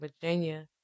Virginia